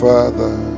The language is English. Father